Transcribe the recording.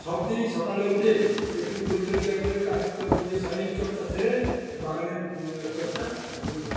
সবদিনই সকালে উঠে একটু পরিচর্যা করে কাজ নিজের শারীরিকচর্চা সেরে বাগানের চর্চা আমি করি